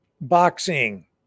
Boxing